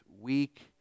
weak